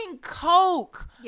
coke